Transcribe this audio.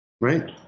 Right